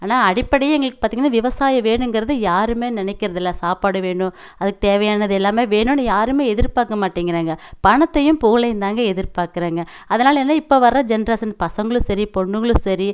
ஆனால் அடிப்படையே எங்களுக்கு பார்த்தீங்கன்னா விவசாயம் வேணுங்கிறது யாருமே நினைக்கறதில்ல சாப்பாடு வேணும் அதுக்கு தேவையானது எல்லாமே வேணும்ன்னு யாருமே எதிர்பார்க்க மாட்டேங்கறாங்க பணத்தையும் புகழையும் தான்ங்க எதிர்பார்க்கறாங்க அதனால் என்ன இப்போ வர்ற ஜென்ரேஷன் பசங்களும் சரி பொண்ணுங்களும் சரி